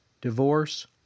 divorce